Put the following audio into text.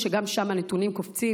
שגם שם הנתונים קופצים.